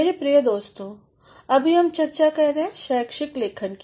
मेरे प्रिय दोस्तों अभी हम चरचा कर रहे हैं शैक्षिक लेखन की